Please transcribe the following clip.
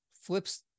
flips